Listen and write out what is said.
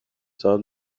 داد